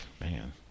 man